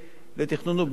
לתכנון ובנייה,